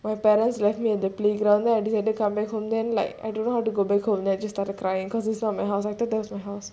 my parents left me at the playground then I decide to come back home then like I don't know how to go back home then I just started crying cause this is not my house I thought that was my house